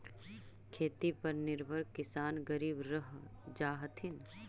खेती पर निर्भर किसान गरीब रह जा हथिन